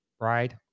right